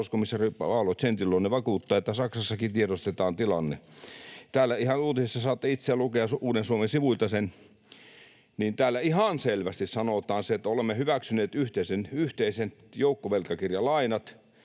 Talouskomissaari Paolo Gentiloni vakuuttaa, että Saksassakin tiedostetaan tilanne.” Täällä uutisessa — saatte itse lukea Uuden Suomen sivuilta sen — ihan selvästi sanotaan se, että olemme hyväksyneet yhteiset joukkovelkakirjalainat